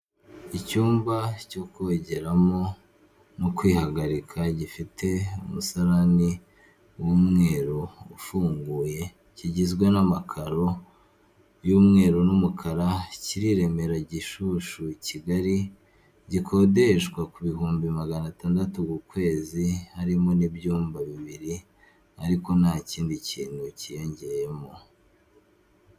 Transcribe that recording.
Icyumba cyo kogeramo no kwihagarika gifite umusarani w'umweru ufunguye, kigizwe n'amakaro y'umweru n'umukara, kiri i Remera Gishushu Kigali gikodeshwa ku bihumbi magana atandatu ku kwezi, harimo n'ibyumba bibiri ariko nta kindi kintu kiyongeyemo.